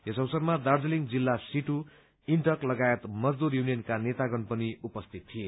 यस अवसरमा दार्जीलिङ जिल्ला CITU INTUC लगायत मजदूर यूनियनका नेतागण पनि उपस्थित थिए